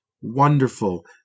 wonderful